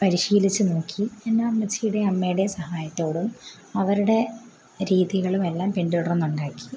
പരിശീലിച്ച് നോക്കി പിന്നെ അമ്മച്ചിയുടെ അമ്മയുടെ സഹായത്തോടും അവരുടെ രീതികളും എല്ലാം പിന്തുടർന്ന് ഉണ്ടാക്കി